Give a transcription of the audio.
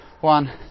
one